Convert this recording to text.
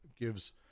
gives